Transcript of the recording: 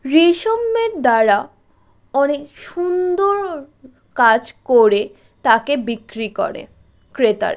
রেশমের দ্বারা অনেক সুন্দর কাজ করে তাকে বিক্রি করে ক্রেতারা